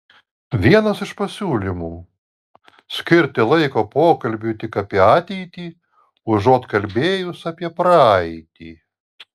vienas iš pasiūlymų skirti laiko pokalbiui tik apie ateitį užuot kalbėjus apie praeitį